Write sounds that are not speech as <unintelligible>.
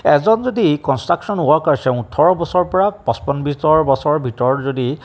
এজন যদি কনষ্ট্ৰাকশ্যন ওৱৰ্কাৰ্ছে ওঠৰ বছৰ পৰা পঁচপন্ন <unintelligible> বছৰৰ ভিতৰত যদি